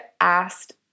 asked